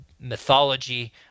mythology